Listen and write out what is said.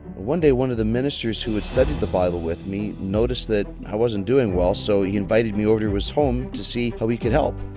one day one of the ministers who had studied the bible with me noticed that i wasn't doing well, so he invited me over to his home to see how he could help.